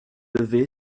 levé